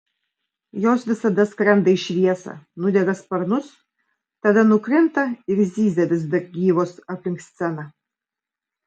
jos visada skrenda į šviesą nudega sparnus tada nukrinta ir zyzia vis dar gyvos aplink sceną